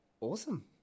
Awesome